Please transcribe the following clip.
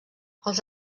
els